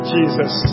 Jesus